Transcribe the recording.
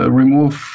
remove